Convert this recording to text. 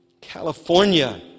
California